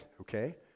okay